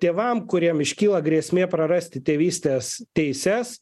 tėvam kuriem iškyla grėsmė prarasti tėvystės teises